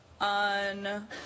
on